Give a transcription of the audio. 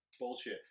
Bullshit